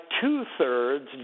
two-thirds